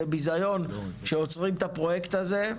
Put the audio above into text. זה ביזיון שעוצרים את הפרויקט הזה,